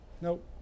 Nope